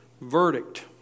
Verdict